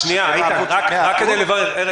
שנייה, איתן, רק כדי לברר -- למה רק 15%?